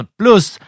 plus